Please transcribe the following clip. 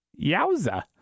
Yowza